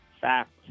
Fact